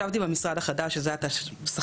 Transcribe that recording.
ישבתי במשרד החדש ששכרתי,